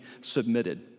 submitted